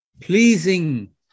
pleasing